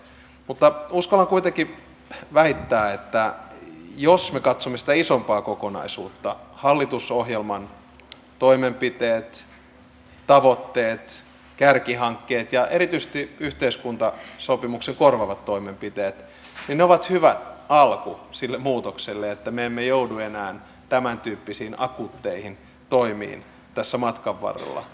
mutta uskallan kuitenkin väittää että jos me katsomme sitä isompaa kokonaisuutta hallitusohjelman toimenpiteet tavoitteet kärkihankkeet ja erityisesti yhteiskuntasopimuksen korvaavat toimenpiteet niin ne ovat hyvä alku sille muutokselle että me emme joudu enää tämäntyyppisiin akuutteihin toimiin tässä matkan varrella